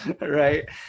right